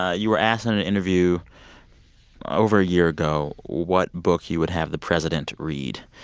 ah you were asked in an interview over a year ago what book you would have the president read.